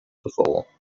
before